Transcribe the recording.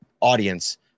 audience